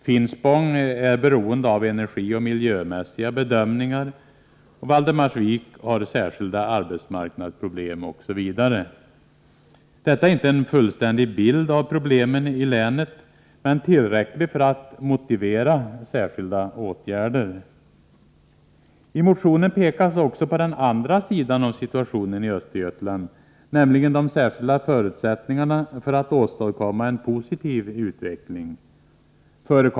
Finspång är beroende av energioch miljömässiga bedömningar, Valdemarsvik har särskilda arbetsmarknadsproblem osv. Detta är inte en fullständig bild av problemen i länet, men den är tillräcklig för att motivera särskilda åtgärder. I motionen pekas också på den andra sidan av situationen i Östergötland, nämligen de särskilda förutsättningarna för att åstadkomma en positiv utveckling.